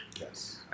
Yes